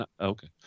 Okay